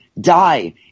die